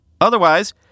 Otherwise